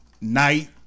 night